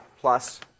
plus